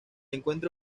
encuentra